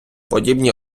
подібні